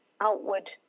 outward